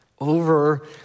Over